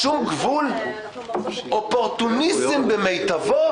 אופורטוניזם במיטבו.